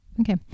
Okay